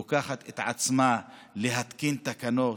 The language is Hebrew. לוקחת לעצמה להתקין תקנות,